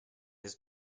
his